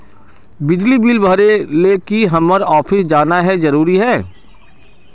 बिजली बिल भरे ले की हम्मर ऑफिस जाना है जरूरी है?